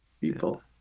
people